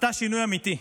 עשתה שינוי אמיתי.